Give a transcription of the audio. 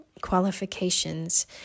qualifications